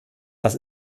das